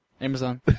Amazon